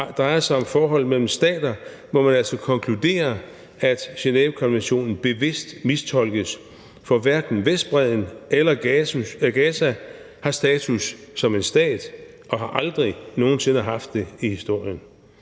drejer sig om forholdet mellem stater, må man altså konkludere, at Genèvekonventionen bevidst mistolkes, for hverken Vestbredden eller Gaza har status som en stat og har aldrig nogen sinde haft det i historien.